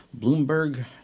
Bloomberg